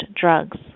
drugs